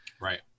Right